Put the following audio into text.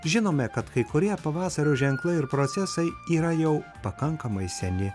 žinome kad kai kurie pavasario ženklai ir procesai yra jau pakankamai seni